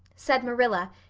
said marilla,